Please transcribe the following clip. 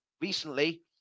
recently